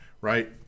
right